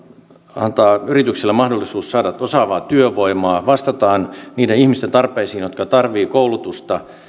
antaa yrityksille mahdollisuus saada osaavaa työvoimaa vastataan niiden ihmisten tarpeisiin jotka tarvitsevat koulutusta